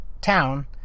town